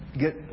get